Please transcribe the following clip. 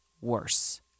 worse